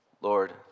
Lord